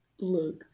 Look